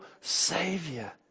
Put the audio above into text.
Savior